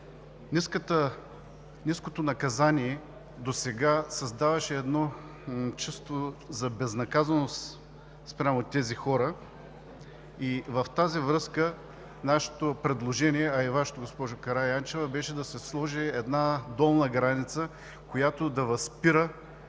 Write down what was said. Ниското наказание досега създаваше едно чувство за безнаказаност спрямо тези хора. В тази връзка нашето предложение, а и Вашето, госпожо Караянчева, беше да се сложи една долна граница, която да възпира